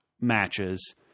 matches